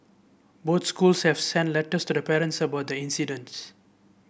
both schools have sent letters to the parents about the incidents